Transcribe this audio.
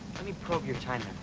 me probe your time